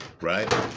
Right